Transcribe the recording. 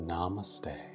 Namaste